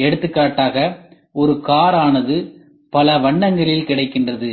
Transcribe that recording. எனவே எடுத்துக்காட்டாக ஒரு கார் ஆனது பல வண்ணங்களில் கிடைக்கின்றன